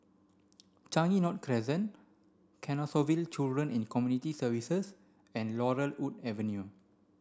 Changi North Crescent Canossaville Children and Community Services and Laurel Wood Avenue